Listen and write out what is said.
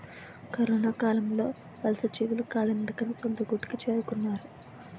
కరొనకాలంలో వలసజీవులు కాలినడకన సొంత గూటికి చేరుకున్నారు